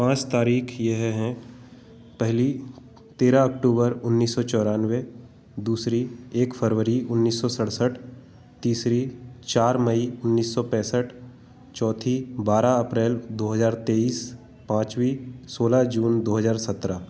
पाँच तारीख यह हैं पहली तेरह अक्टूबर उन्नीस सौ चौरानवे दूसरी एक फरवरी उन्नीस सौ सड़सठ तीसरी चार मई उन्नीस सौ पैंसठ चौथी बारह अप्रैल दो हज़ार तेईस पाँचवी सोलह जून दो हज़ार सत्रह